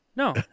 No